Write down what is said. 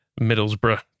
Middlesbrough